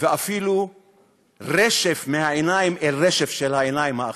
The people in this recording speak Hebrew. ואפילו רשף מהעיניים אל רשף מהעיניים האחרות,